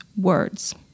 words